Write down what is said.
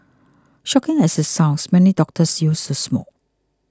shocking as it sounds many doctors used to smoke